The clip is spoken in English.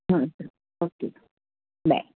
okay bye